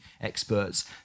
experts